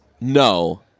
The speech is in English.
No